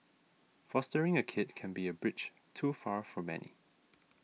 fostering a kid can be a bridge too far for many